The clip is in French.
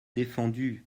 défendue